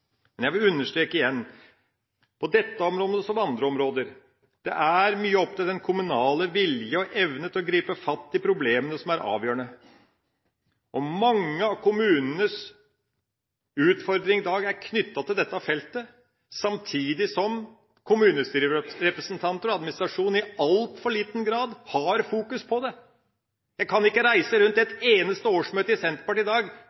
Men jeg vil igjen understreke: På dette området, som på andre områder, så er det den kommunale evne og vilje til å gripe fatt i problemene som er avgjørende. Mange av kommunenes utfordringer i dag er knyttet til dette feltet, samtidig som kommunestyrerepresentanter og administrasjonen i altfor liten grad har fokus på det. Jeg kan ikke reise til et eneste årsmøte i Senterpartiet i dag